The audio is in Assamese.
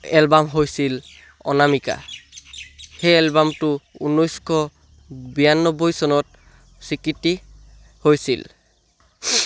এলবাম হৈছিল অনামিকা সেই এলবামটো ঊনৈছশ বিৰান্নবৈ চনত স্বীকৃতি হৈছিল